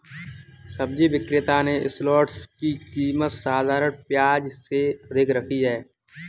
सब्जी विक्रेता ने शलोट्स की कीमत साधारण प्याज से अधिक रखी है